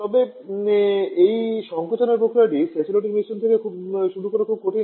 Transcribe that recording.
তবে এই সংকোচনের প্রক্রিয়াটি স্যাচুরেটেড মিশ্রণ থেকে শুরু করা খুব কঠিন